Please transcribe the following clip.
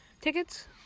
tickets